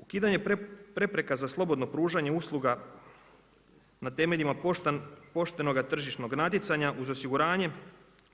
Ukidanjem prepreka za slobodno pružanje usluga na temeljima poštenoga tržišnog natjecanja uz osiguranje,